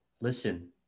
listen